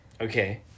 Okay